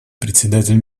представитель